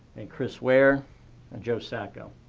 and chris ware and joe sacco.